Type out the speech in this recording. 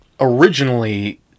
Originally